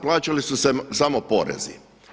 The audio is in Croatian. Plaćali su se samo porezi.